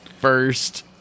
first